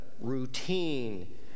routine